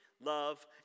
love